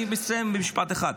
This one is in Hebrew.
אני מסיים במשפט אחד.